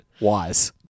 Wise